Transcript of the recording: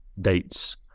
dates